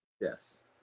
Yes